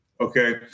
Okay